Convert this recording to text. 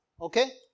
Okay